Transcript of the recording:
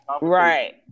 Right